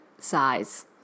size